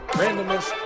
randomness